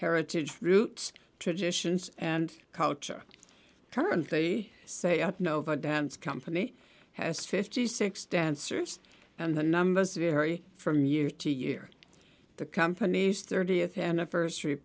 heritage roots traditions and culture currently say up nova dance company has fifty six dancers and the numbers vary from year to year the company's thirtieth anniversary